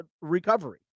recovery